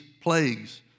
plagues